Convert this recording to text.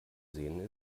sehen